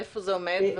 איפה זה עומד?